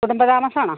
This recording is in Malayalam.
കുടുംബ താമസമാണോ